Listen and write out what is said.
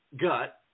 Gut